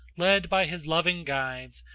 led by his loving guides,